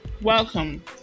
welcome